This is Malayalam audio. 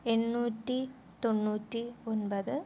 എണ്ണൂറ്റി തൊണ്ണൂറ്റി ഒൻപത്